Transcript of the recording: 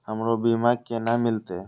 हमरो बीमा केना मिलते?